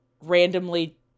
randomly